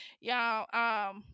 y'all